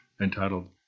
entitled